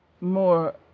more